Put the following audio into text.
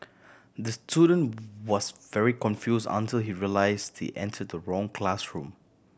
the student was very confuse until he realise he enter the wrong classroom